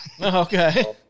Okay